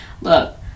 Look